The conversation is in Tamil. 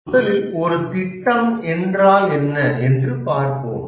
முதலில் ஒரு திட்டம் என்றால் என்ன என்று பார்ப்போம்